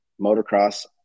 motocross